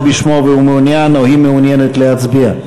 בשמו והוא מעוניין או היא מעוניינת להצביע?